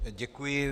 Děkuji.